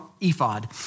ephod